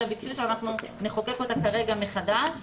אלא ביקשו שאנחנו נחוקק אותה כרגע מחדש,